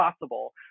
possible